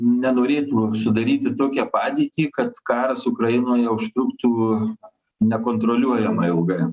nenorėtų sudaryti tokią padėtį kad karas ukrainoje užtruktų nekontroliuojamai ilgai